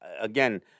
again